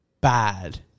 bad